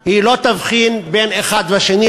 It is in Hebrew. היא לא תבחין בין אחד לשני,